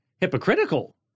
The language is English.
hypocritical